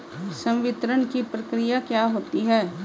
संवितरण की प्रक्रिया क्या होती है?